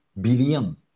billion